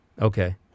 Okay